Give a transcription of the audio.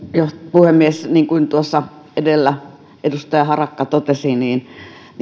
puhemies niin kuin tuossa edellä edustaja harakka totesi